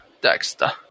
Dexter